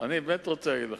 אני באמת רוצה להגיד לך: